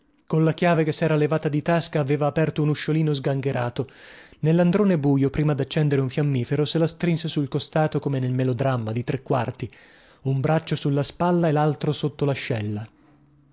colla chiave che sera levata di tasca aveva aperto un usciolino sgangherato nellandrone buio prima daccendere un fiammifero se la strinse sul costato come nel melodramma di tre quarti un braccio sulla spalla e laltro sotto lascella